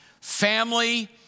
Family